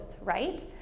right